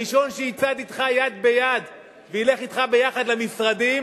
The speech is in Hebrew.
הראשון שיצעד אתך יד ביד וילך אתך ביחד למשרדים